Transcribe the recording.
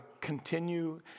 continue